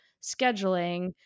scheduling